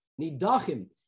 nidachim